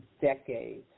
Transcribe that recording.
decades